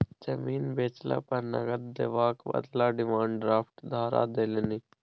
जमीन बेचला पर नगद देबाक बदला डिमांड ड्राफ्ट धरा देलनि